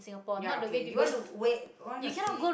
ya okay you want to wait you wanna see